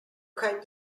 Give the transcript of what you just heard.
can